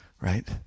right